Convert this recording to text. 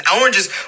oranges